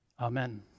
Amen